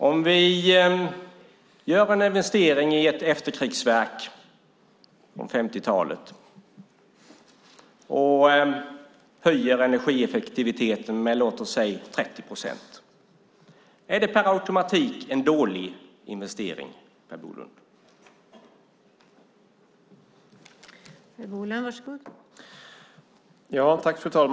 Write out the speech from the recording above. Om vi gör en investering i ett efterkrigsverk, från 50-talet, och höjer energieffektiviteten med låt oss säga 30 procent, är det då per automatik en dålig investering, Per Bolund?